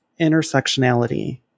intersectionality